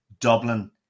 Dublin